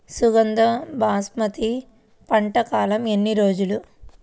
సుగంధ బాస్మతి పంట కాలం ఎన్ని రోజులు?